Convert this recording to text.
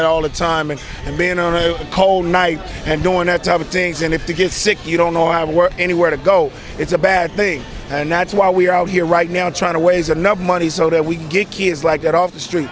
out all the time and and being on a cold night and doing that type of things and if to get sick you don't know how to work anywhere to go it's a bad thing and that's why we're out here right now trying to ways and not money so that we can get kids like that off the street